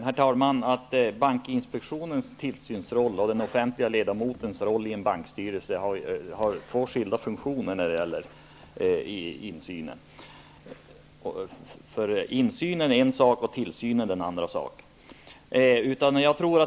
Herr talman! Bankinspektionens tillsynsverksamhet och den offentligt utsedda ledamotens roll i en bankstyrelse fyller två skilda funktioner. Insynen är en sak, och tillsynen en annan.